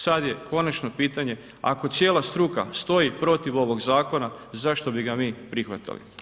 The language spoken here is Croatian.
Sad je konačno pitanje ako cijela struka stoji protiv ovog zakona, zašto bi ga mi prihvatili?